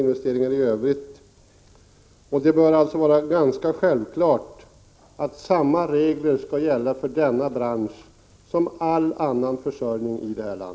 Det är inte fråga om några oöverkomliga investeringar jämfört med dem